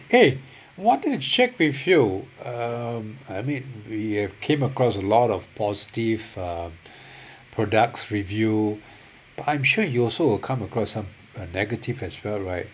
hey wanted to check with you um I mean we have came across a lot of positive uh products review I'm sure you also will come across some uh negative as well right